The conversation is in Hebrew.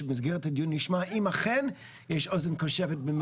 שבמסגרת הדיון נשמע אם אכן יש אוזן קשבת במינהל התכנון.